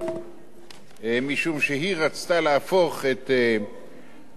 משום שהיא רצתה להפוך את המסלול המקוצר